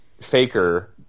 faker